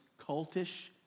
cultish